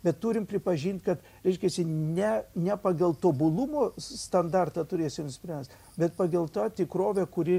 bet turim pripažint kad reiškiasi ne ne pagal tobulumo standartą turėsim spręs bet pagel tą tikrovę kuri